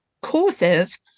courses